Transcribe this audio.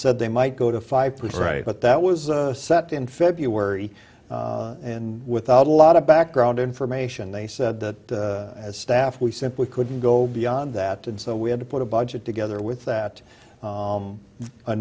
said they might go to five percent but that was set in february and without a lot of background information they said that as staff we simply couldn't go beyond that and so we had to put a budget together with that